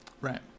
Right